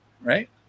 right